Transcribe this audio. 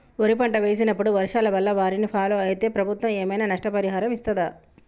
వరి పంట వేసినప్పుడు వర్షాల వల్ల వారిని ఫాలో అయితే ప్రభుత్వం ఏమైనా నష్టపరిహారం ఇస్తదా?